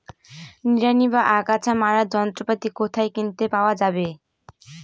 নিড়ানি বা আগাছা মারার যন্ত্রপাতি কোথায় কিনতে পাওয়া যাবে?